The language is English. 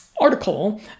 article